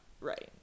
right